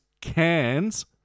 cans